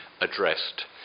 addressed